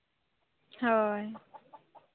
ᱦᱳᱭ